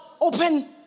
open